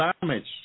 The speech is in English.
damage